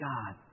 God